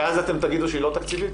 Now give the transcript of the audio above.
ואז אתם תגידו שהיא לא תקציבית?